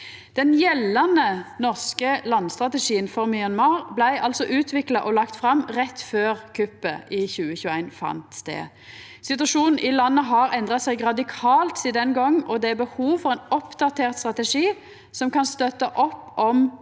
Den gjeldande norske landstrategien for Myanmar blei altså utvikla og lagd fram rett før kuppet i 2021 skjedde. Situasjonen i landet har endra seg radikalt sidan den gongen, og det er behov for ein oppdatert strategi som kan støtta opp om